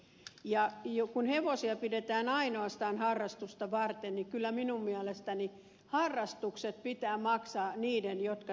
ja kun hevosia pidetään ainoastaan harrastusta varten niin kyllä minun mielestäni harrastukset pitää maksaa niiden jotka harrastavat sitä